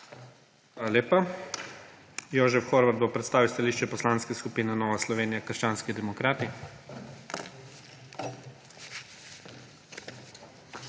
lepa. Jožef Horvat bo predstavil stališče Poslanske skupine Nova Slovenija – krščanski demokrati.